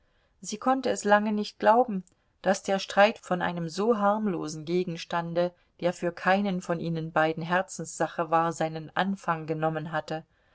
sie konnte es lange nicht glauben daß der streit von einem so harmlosen gegenstande der für keinen von ihnen beiden herzenssache war seinen anfang genommen hatte